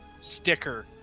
sticker